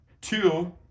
Two